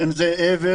אם זה אבל,